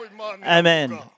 Amen